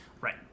Right